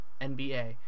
N-B-A